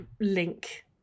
link